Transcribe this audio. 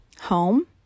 home